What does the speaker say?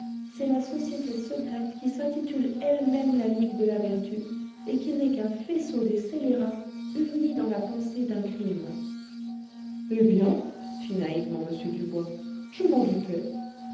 c'est la société secrète qui s'intitule elle-même la ligue de la vertu et qui n'est qu'un faisceau des scélérats unis dans la pensée d'un crime eh bien fit naïvement m dubois je m'en doutais